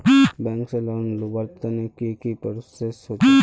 Bank से loan लुबार तने की की प्रोसेस होचे?